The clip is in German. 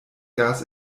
gas